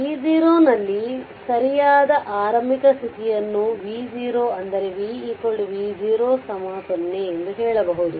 t 0 ನಲ್ಲಿ ಸರಿಯಾದ ಆರಂಭಿಕ ಸ್ಥಿತಿಯನ್ನು v0 ಅಂದರೆ v v0 0 ಎಂದು ಹೇಳಬಹುದು